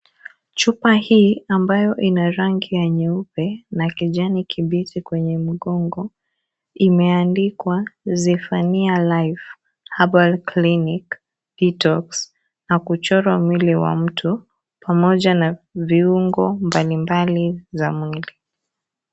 Chupa hii ambayo ina rangi ya nyeupe na kijani kibichi kwenye mgongo imeandikwa ziphania life herbal clinic detox na kuchorwa mwili wa mtu pamoja na viungo mbali mbali za mwili.